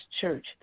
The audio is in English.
Church